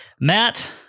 Matt